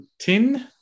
tin